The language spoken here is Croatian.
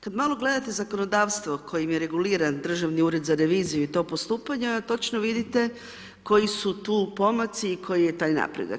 Kad malo gledate zakonodavstvo kojim je reguliran Državni ured za reviziju i to postupanja, točno vidite koji su tu pomaci i koji je taj napredak.